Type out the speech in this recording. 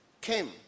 came